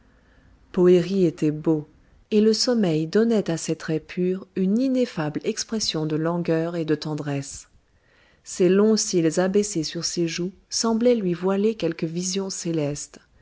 poëri était beau et le sommeil donnait à ses traits purs une ineffable expression de langueur et de tendresse ses longs cils abaissés sur ses joues semblaient lui voiler quelque vision céleste